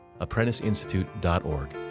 apprenticeinstitute.org